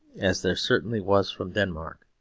as there certainly was from denmark.